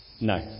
No